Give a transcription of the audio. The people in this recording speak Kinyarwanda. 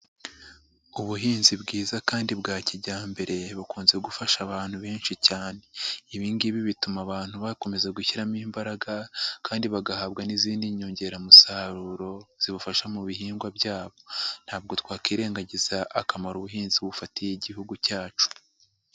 Ubuhinzi bwiza kandi bwa kijyambere, bukunze gufasha abantu benshi cyane, ibi ngibi bituma abantu bakomeza gushyiramo imbaraga, kandi bagahabwa n'izindi nyongeramusaruro zibafasha mu bihingwa byabo ,ntabwo twakwirengagiza akamaro ubuhinzi bufitiye igihugu cyacu.